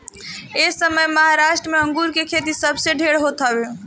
एसमय महाराष्ट्र में अंगूर के खेती सबसे ढेर होत हवे